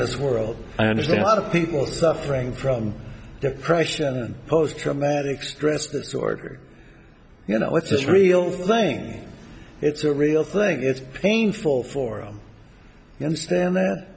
this world and is there a lot of people suffering from depression post traumatic stress disorder you know what's real thing it's a real thing it's painful for them you understand that